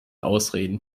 ausreden